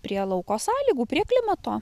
prie lauko sąlygų prie klimato